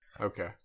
Okay